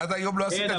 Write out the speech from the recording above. עד היום לא עשית את זה.